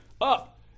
up